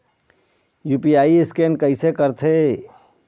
UPI scan कइसे करथे?